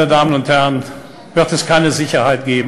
גבירותי ורבותי, לא יהיה גם ביטחון.